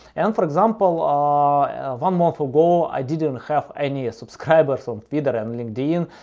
and for example, ah one month ago, i didn't have any subscribers from twitter and linkedin.